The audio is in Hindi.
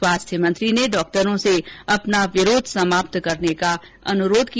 स्वास्थ्य मंत्री ने डॉक्टरों से अपना विरोध समाप्त करने का अनुरोध किया